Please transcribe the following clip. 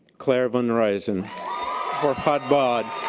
claire van ryzin for hotbod.